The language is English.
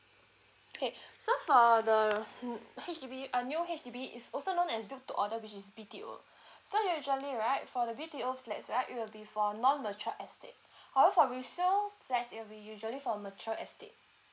okay so for the hmm H_D_B a new H_D_B is also known as book to order which is B_T_O so usually right for the B_T_O flats right it will be for non mature estate however for resale flats it will usually for mature estate